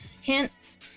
hints